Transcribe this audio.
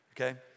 Okay